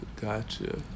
Gotcha